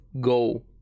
go